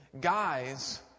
Guys